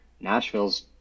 Nashville's